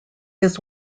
his